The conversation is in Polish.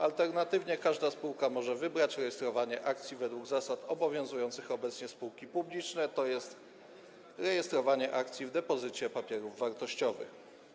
Alternatywnie każda spółka może wybrać rejestrowanie akcji według zasad obowiązujących obecnie spółki publiczne, tj. rejestrowanie akcji w depozycie papierów wartościowych.